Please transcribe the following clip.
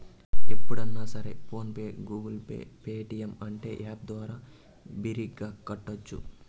ఎప్పుడన్నా సరే PhonePe Google Pay Paytm అంటే యాప్ ద్వారా బిరిగ్గా కట్టోచ్చు